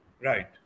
Right